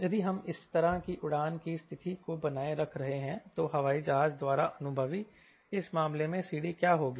यदि हम इस तरह की उड़ान की स्थिति को बनाए रख रहे हैं तो हवाई जहाज द्वारा अनुभवी इस मामले में CD क्या होगी